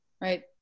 right